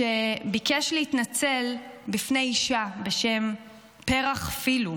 כשביקש להתנצל בפני אישה בשם פרח פילו,